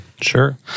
Sure